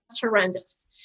horrendous